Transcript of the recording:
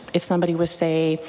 if somebody was say,